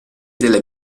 delle